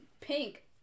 pink